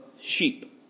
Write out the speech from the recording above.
sheep